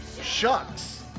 shucks